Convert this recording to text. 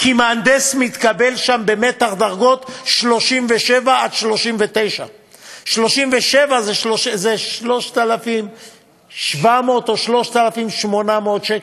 כי מהנדס מתקבל שם במתח דרגות 37 39. 37 זה 3,700 או 3,800 שקל.